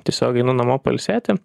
tiesiog einu namo pailsėti